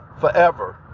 forever